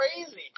crazy